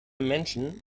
menschen